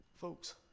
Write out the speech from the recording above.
Folks